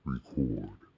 Record